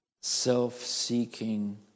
self-seeking